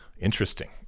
Interesting